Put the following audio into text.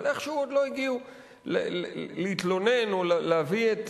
אבל איכשהו עוד לא הגיעו להתלונן או להביא את